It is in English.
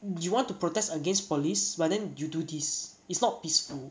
you want to protest against police but then you do this it's not peaceful